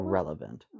Relevant